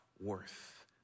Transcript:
worth